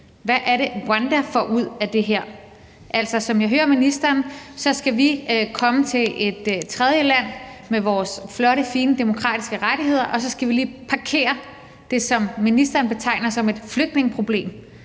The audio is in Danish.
Hvad er det, Rwanda får ud af det her? Altså, som jeg hører ministeren, skal vi komme til et tredjeland med vores flotte, fine demokratiske rettigheder, og så skal vi lige parkere det, som ministeren betegner som et flygtningeproblem.